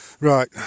right